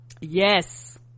Yes